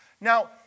Now